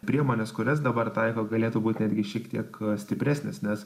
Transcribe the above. priemonės kurias dabar taiko galėtų būt netgi šiek tiek stipresnės nes